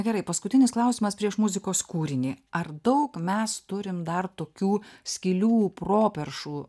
gerai paskutinis klausimas prieš muzikos kūrinį ar daug mes turim dar tokių skylių properšų